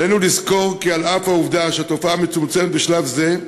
עלינו לזכור כי על אף העובדה שהתופעה מצומצמת בשלב זה,